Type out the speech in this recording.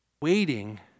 Waiting